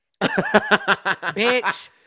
Bitch